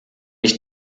ich